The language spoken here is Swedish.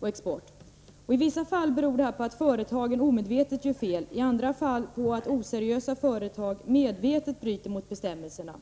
och export. I vissa fall beror detta på att företagen omedvetet gör fel, i andra fall på att oseriösa företag medvetet bryter mot bestämmelserna.